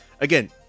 again